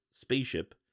spaceship